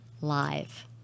live